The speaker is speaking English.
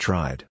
Tried